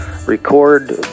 Record